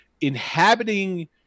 inhabiting